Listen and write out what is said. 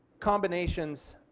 combinations